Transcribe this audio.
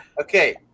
Okay